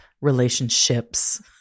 relationships